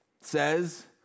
says